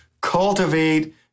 cultivate